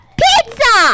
pizza